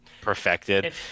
perfected